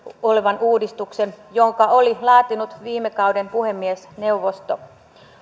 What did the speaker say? koskevan uudistuksen jonka oli laatinut viime kauden puhemiesneuvosto